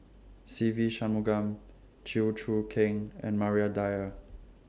Se Ve Shanmugam Chew Choo Keng and Maria Dyer